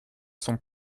sont